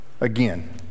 again